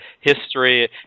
history